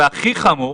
והכי חמור,